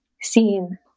seen